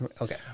Okay